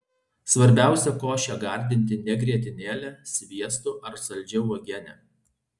svarbiausia košę gardinti ne grietinėle sviestu ar saldžia uogiene